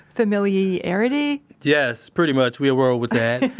famil, iarity? yes, pretty much, we'll roll with that.